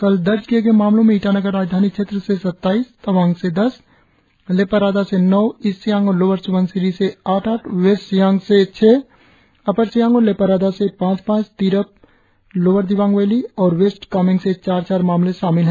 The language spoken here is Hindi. कल दर्ज किए गए मामलों में ईटानगर राजधानी क्षेत्र से सत्ताईस तवांग से दस लेपारादा से नौ ईस्ट सियांग और लोअर सुबनसिरी से आठ आठ वेस्ट सियांग से छह अपर सियां और लेपारादा से पांच पांच तिरप लोअर दिबांग वैली और वेस्ट कामेंग से चार चार मामले शामिल है